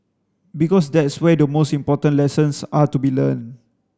because that's where the most important lessons are to be learnt